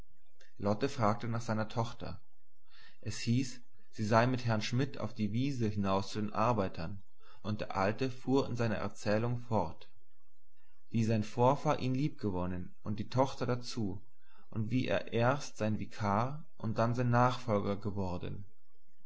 lotte fragte nach seiner tochter es hieß sie sei mit herrn schmidt auf die wiese hinaus zu den arbeitern und der alte fuhr in seiner erzählung fort wie sein vorfahr ihn liebgewonnen und die tochter dazu und wie er erst sein vikar und dann sein nachfolger geworden